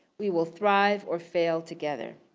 we will thrive or fail together.